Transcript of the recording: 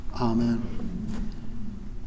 Amen